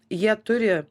jie turi